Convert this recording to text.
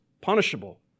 punishable